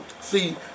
See